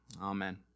Amen